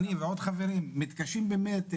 ואני ועוד חברים מתקשים באמת,